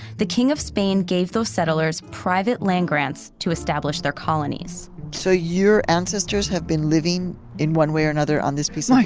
the king of spain gave those settlers private land grants to establish their colonies so your ancestors have been living in one way or and on this piece like